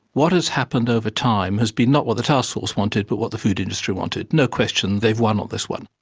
what has happened over time has been not what the taskforce wanted, but what the food industry wanted. no question, they've won on this one.